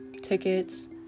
tickets